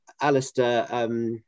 Alistair